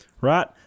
Right